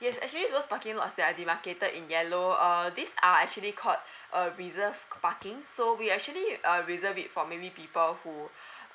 yes actually those parking lot that are demarcated yellow err these are actually called a reserve parking so we are actually uh reserve it for maybe people who